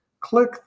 click